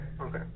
Okay